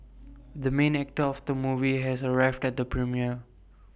the main actor of the movie has arrived at the premiere